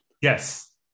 Yes